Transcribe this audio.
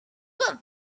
were